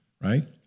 right